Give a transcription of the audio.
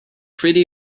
pretty